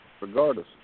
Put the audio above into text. regardless